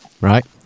right